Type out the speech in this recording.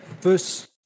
First –